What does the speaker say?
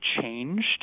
changed